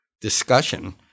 discussion